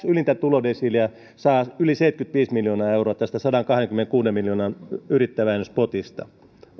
ylintä tulodesiiliä saa yli seitsemänkymmentäviisi miljoonaa euroa tästä sadankahdenkymmenenkuuden miljoonan yrittäjävähennyspotista